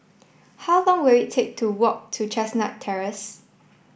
how long will it take to walk to Chestnut Terrace